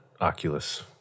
Oculus